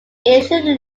initially